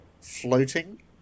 floating